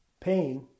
Pain